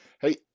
Hey